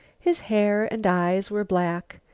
his hair and eyes were black,